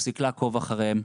תפסיק לעקוב אחריהם,